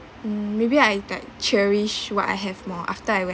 mm maybe I like cherish what I have more after I went